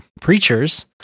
preachers